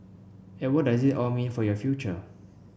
and what does it all mean for your future